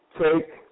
Take